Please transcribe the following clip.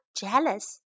jealous